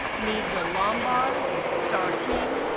meadville lombard, starr king,